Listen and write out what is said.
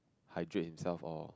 hydrate himself or